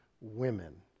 women